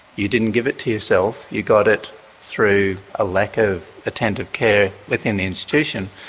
you didn't give it to yourself, you got it through a lack of attentive care within the institution,